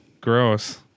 Gross